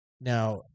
Now